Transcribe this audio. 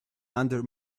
under